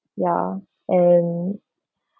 ya and